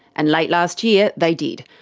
and late last year they did,